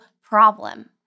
problem